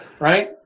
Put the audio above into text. right